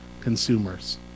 consumers